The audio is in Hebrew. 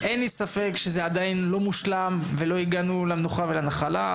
אין לי ספק שזה עדיין לא מושלם ולא הגענו למנוחה ולנחלה,